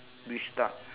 restart